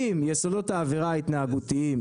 אם יסודות העבירה ההתנהגותיים,